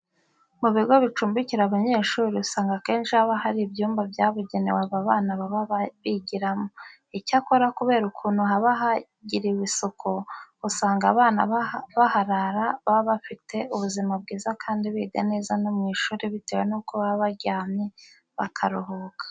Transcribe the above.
Mu bigo bicumbikira abanyeshuri usanga akenshi haba hari ibyumba byabugenewe aba bana baba bigiramo. Icyakora kubera ukuntu haba hagirirwa isuku, usanga abana baharara baba bafite ubuzima bwiza kandi biga neza no mu ishuri bitewe nuko baba baryamye bakaruhuka.